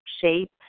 shape